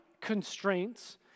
constraints